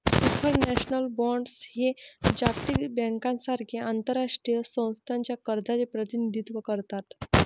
supranational bonds हे जागतिक बँकेसारख्या आंतरराष्ट्रीय संस्थांच्या कर्जाचे प्रतिनिधित्व करतात